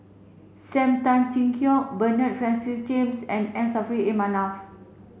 Sam Tan Chin Siong Bernard Francis James and M Saffri A Manaf